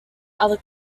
other